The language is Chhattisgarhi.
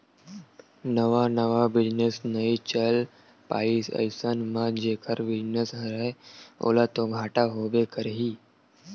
नवा नवा बिजनेस नइ चल पाइस अइसन म जेखर बिजनेस हरय ओला तो घाटा होबे करही